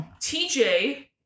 TJ